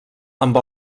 amb